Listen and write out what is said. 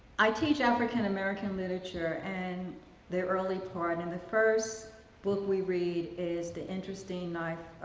i teach african american literature and the early part, in the first book we read, is the interesting life